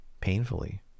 Painfully